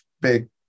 big